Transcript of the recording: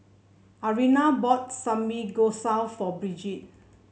Ariana bought Samgeyopsal for Brigid